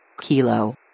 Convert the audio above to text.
Kilo